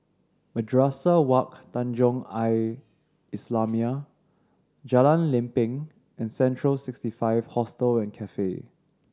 Madrasah Wak Tanjong Al Islamiah Jalan Lempeng and Central Sixty Five Hostel and Cafe